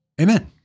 amen